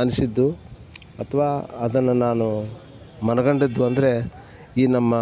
ಅನಿಸಿದ್ದು ಅಥವಾ ಅದನ್ನು ನಾನು ಮನಗಂಡಿದ್ದು ಅಂದರೆ ಈ ನಮ್ಮ